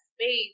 space